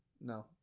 No